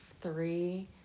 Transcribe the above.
three